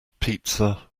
pizza